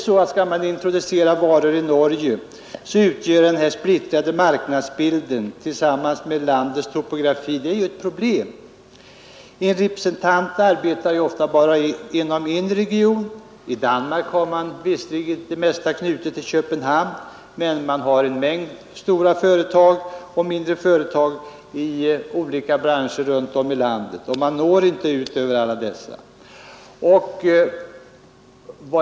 Skall man introducera varor i Norge utgör den splittrade marknadsbilden tillsammans med landets topografi ett problem. En representant arbetar ofta bara inom en region. I Danmark har man visserligen det mesta knutet till Köpenhamn, men en mängd större och mindre företag ligger runt om i landet och man når inte alla dessa.